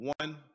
one